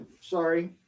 Sorry